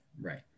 Right